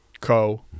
co